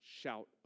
Shout